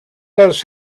does